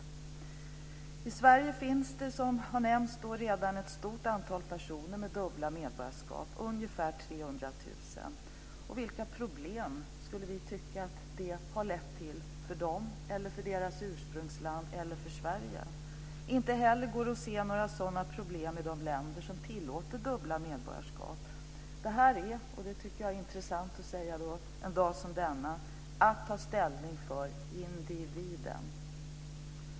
I Sverige finns det, som redan har nämnts, ett stort antal personer, ungefär 300 000, med dubbla medborgarskap. Vilka problem skulle vi tycka att det har lett till för dem, för deras ursprungsland eller för Sverige? Det går inte heller att se några sådana problem i de länder som tillåter dubbla medborgarskap. Jag tycker att det är angeläget att en dag som denna säga att detta är ett ställningstagande för individen.